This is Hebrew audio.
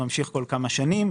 שממשיך בכל כמה שנים.